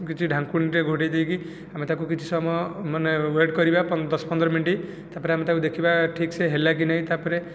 କିଛି ଢାଙ୍କୁଣୀଟିଏ ଘୋଡ଼େଇ ଦେଇକି ଆମେ ତାକୁ କିଛି ସମୟ ମାନେ ୱେଟ୍ କରିବା ଦଶ ପନ୍ଦର ମିନିଟ୍ ତାପରେ ଆମେ ଦେଖିବା ଠିକ୍ସେ ହେଲା କି ନାହିଁ ତାପରେ